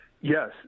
Yes